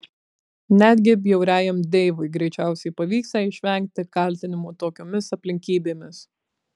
netgi bjauriajam deivui greičiausiai pavyksią išvengti kaltinimų tokiomis aplinkybėmis